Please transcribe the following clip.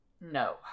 no